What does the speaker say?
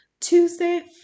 Tuesday